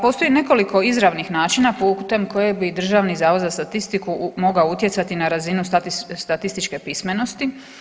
Postoji nekoliko izravnih načina putem koje bi Državni zavod za statistiku mogao utjecati na razinu statističke pismenosti.